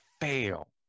fail